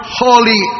holy